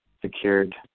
secured